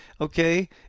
okay